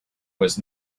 was